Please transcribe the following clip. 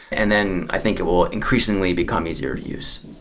and then i think it will increasingly become easier to use.